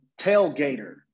tailgater